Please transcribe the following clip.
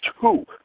two